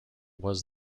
was